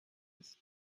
ist